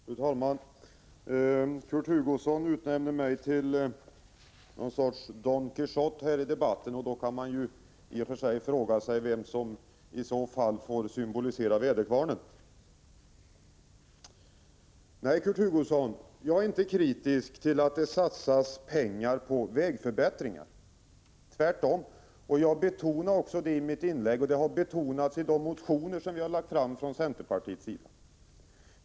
Fru talman! Kurt Hugosson utnämnde mig till någon sorts Don Quijote i debatten. Då kan man fråga sig vem som i så fall symboliserar väderkvarnen. Nej, Kurt Hugosson, jag är inte kritisk till att det satsas pengar på vägförbättringar — tvärtom. Jag betonade också det i mitt inlägg och det har betonats i de motioner som vi har väckt från centerpartiets sida.